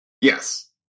Yes